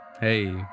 hey